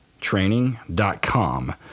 training.com